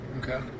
Okay